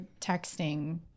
texting